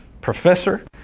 professor